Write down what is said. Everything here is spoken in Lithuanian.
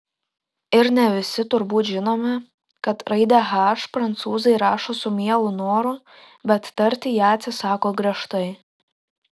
ir ne visi turbūt žinome kad raidę h prancūzai rašo su mielu noru bet tarti ją atsisako griežtai